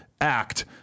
act